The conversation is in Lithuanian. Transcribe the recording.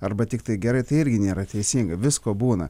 arba tiktai gerai tai irgi nėra teisinga visko būna